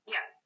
Yes